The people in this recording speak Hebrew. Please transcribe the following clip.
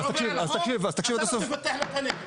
שעובר על החוק אתה לא תפתח לו את הנגב?